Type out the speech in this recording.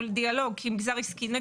דיאלוג עם מגזר עסקי.